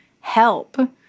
help